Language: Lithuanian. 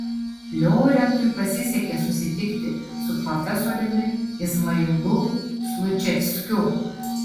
liorentui pasisekė susitikti su profesoriumi izmailu slučevskiu